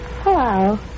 Hello